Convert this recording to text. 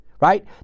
right